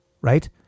right